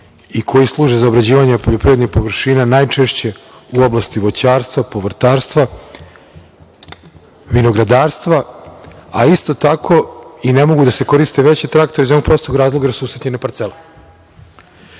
i koji služe za obrađivanje poljoprivrednih površina najčešće u oblasti voćarstva, povrtarstva, vinogradarstva, a isto tako i ne mogu da se koriste veći traktori iz prostog razloga, jer su usitnjene parcele.